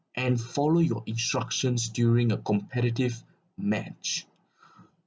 and follow your instructions during a competitive match